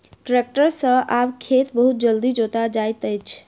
tractor सॅ आब खेत बहुत जल्दी जोता जाइत अछि